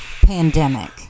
pandemic